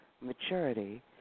maturity